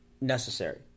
necessary